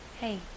hey